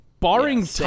Barring